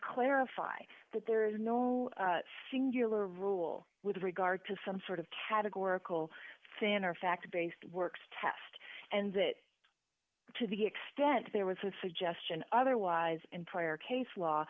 clarify that there is no singular rule with regard to some sort of categorical finner fact based works test and that to the extent there was a suggestion otherwise in prior case law